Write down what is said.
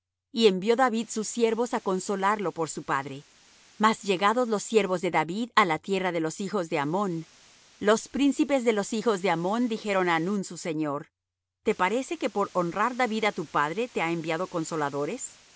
y envió david sus siervos á consolarlo por su padre mas llegados los siervos de david á la tierra de los hijos de ammón los príncipes de los hijos de ammón dijeron á hanún su señor te parece que por honrar david á tu padre te ha enviado consoladores